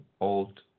old